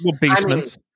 basements